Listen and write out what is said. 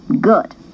Good